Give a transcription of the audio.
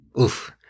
Oof